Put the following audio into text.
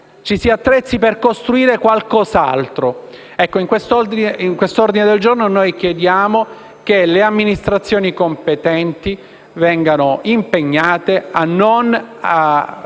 ci si attrezzi per costruire qualcos'altro. Ebbene, con questo ordine del giorno noi chiediamo che le amministrazioni competenti vengano impegnate a non